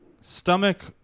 Stomach